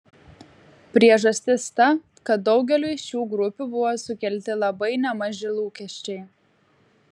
priežastis ta kad daugeliui šių grupių buvo sukelti labai nemaži lūkesčiai